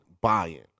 buying